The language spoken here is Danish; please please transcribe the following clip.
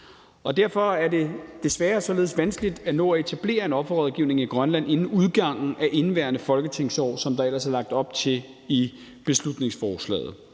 Derfor er det desværre således vanskeligt at nå at etablere en offerrådgivning i Grønland inden udgangen af indeværende folketingsår, som der ellers er lagt op til i beslutningsforslaget.